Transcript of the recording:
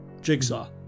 Jigsaw